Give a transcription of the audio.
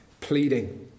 pleading